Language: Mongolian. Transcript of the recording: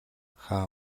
хаа